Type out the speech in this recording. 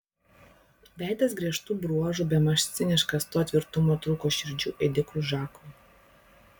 veidas griežtų bruožų bemaž ciniškas to tvirtumo trūko širdžių ėdikui žakui